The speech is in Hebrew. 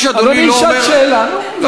אדוני ישאל שאלה.